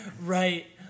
Right